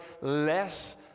less